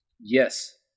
Yes